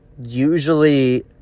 usually